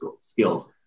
skills